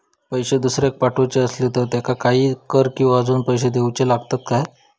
पैशे दुसऱ्याक पाठवूचे आसले तर त्याका काही कर किवा अजून पैशे देऊचे लागतत काय?